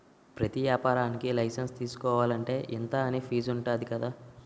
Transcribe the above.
ప్రతి ఏపారానికీ లైసెన్సు తీసుకోలంటే, ఇంతా అని ఫీజుంటది కదా